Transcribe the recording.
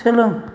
सोलों